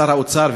שר האוצר,